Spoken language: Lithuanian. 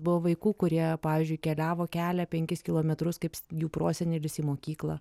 buvo vaikų kurie pavyzdžiui keliavo kelią penkis kilometrus kaip jų prosenelis į mokyklą